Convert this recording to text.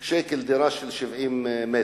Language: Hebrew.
80,000 שקל דירה של 70 מ"ר.